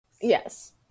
Yes